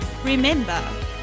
Remember